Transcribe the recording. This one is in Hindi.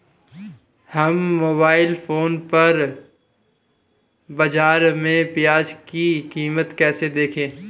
हम मोबाइल फोन पर बाज़ार में प्याज़ की कीमत कैसे देखें?